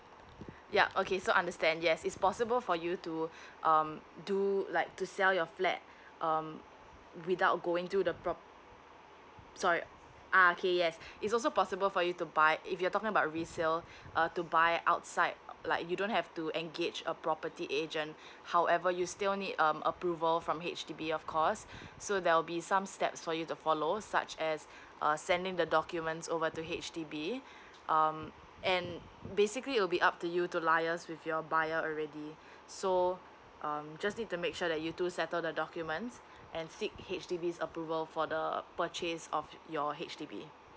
ya okay so understand yes it's possible for you to um do like to sell your flat um without going through the prop~ sorry ah okay yes it's also possible for you to buy if you're talking about resale to buy outside like you don't have to engage a property agent however you still need um approval from H_D_B of course so there will be some steps for you to follow such as err sending the documents over to H_D_B um and basically it will be up to you to liaise with your buyer already so um just need to make sure that you two settle the documents and seek H_D_B's approval for the purchase of your H_D_B